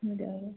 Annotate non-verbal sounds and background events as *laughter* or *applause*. *unintelligible*